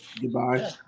Goodbye